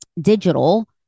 digital